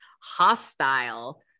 hostile